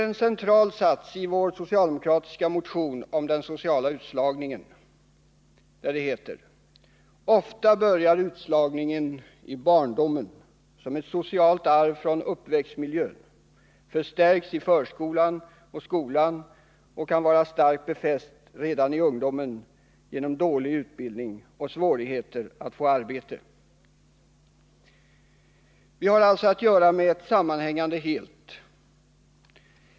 En central sats i vår socialdemokratiska motion om den sociala utslagningen är denna: ”Ofta börjar utslagningen i barndomen som ett socialt arv från uppväxtmiljön, förstärks i förskolan och skolan och kan vara starkt befäst redan i ungdomen genom dålig utbildning och svårigheter att få arbete.” Vi har alltså att göra med ett sammanhängande helt.